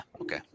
Okay